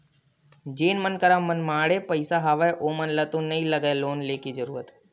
जेखर मन करा मनमाड़े पइसा हवय ओमन ल तो नइ लगय लोन लेके जरुरत